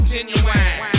genuine